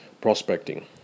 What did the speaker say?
Prospecting